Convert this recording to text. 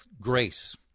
grace